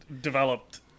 developed